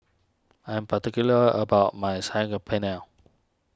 I am particular about my Saag Paneer